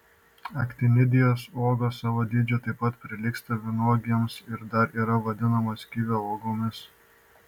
aktinidijos uogos savo dydžiu taip pat prilygsta vynuogėmis ir dar yra vadinamos kivio uogomis